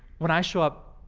when i show up,